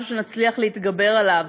משהו שנצליח להתגבר עליו.